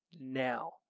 now